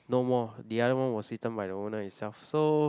no more the other one was eaten by the owner itself so